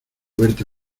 verte